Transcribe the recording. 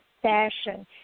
Fashion